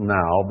now